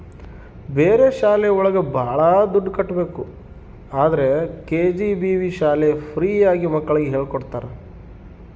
ಬೇರೆ ಶಾಲೆ ಒಳಗ ಭಾಳ ದುಡ್ಡು ಕಟ್ಬೇಕು ಆದ್ರೆ ಕೆ.ಜಿ.ಬಿ.ವಿ ಶಾಲೆ ಫ್ರೀ ಆಗಿ ಮಕ್ಳಿಗೆ ಹೇಳ್ಕೊಡ್ತರ